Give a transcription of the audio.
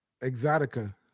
Exotica